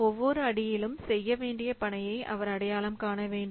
ஒவ்வொரு அடியிலும் செய்யவேண்டிய பணியை அவர் அடையாளம் காண வேண்டும்